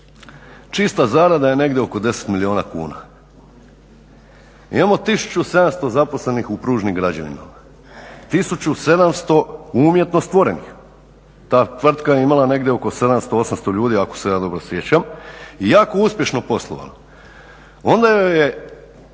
Čista zarada je negdje oko 10 milijuna kuna. Imamo 1700 zaposlenih u Pružnim građevinama, 1700 umjetno stvorenih, ta tvrtka je imala negdje oko 700, 800 ljudi ako se ja dobro sjećam i jako uspješno poslovala. Onda joj je